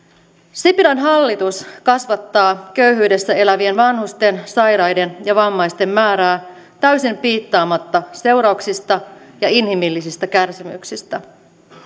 sipilän hallitus kasvattaa köyhyydessä elävien vanhusten sairaiden ja vammaisten määrää täysin piittaamatta seurauksista ja inhimillisistä kärsimyksistä